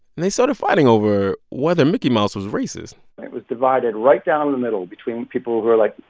and they started fighting over whether mickey mouse was racist but it was divided right down the middle between people who were like,